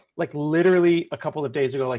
like, literally a couple of days ago, like